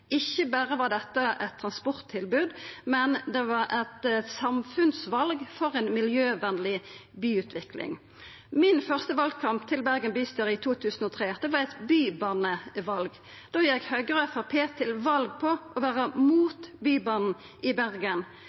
Ikkje berre var dette eit transporttilbod, det var eit samfunnsval for ei miljøvennleg byutvikling. Min første valkamp til Bergen bystyre i 2003 var eit bybaneval. Da gjekk Høgre og Framstegspartiet til val på å vera imot Bybanen i Bergen.